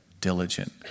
Diligent